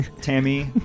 Tammy